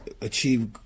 achieve